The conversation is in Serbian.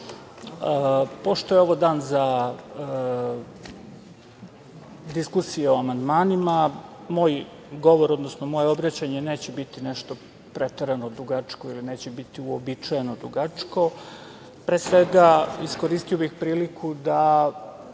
pošto je ovo dan za diskusiju o amandmanima moj govor, odnosno moje obraćanje neće biti nešto preterano dugačko ili neće biti uobičajeno dugačko. Pre svega iskoristio bih priliku da